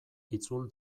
itzul